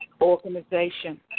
Organization